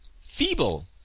feeble